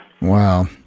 Wow